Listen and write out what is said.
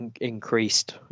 increased